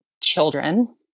children